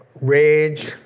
rage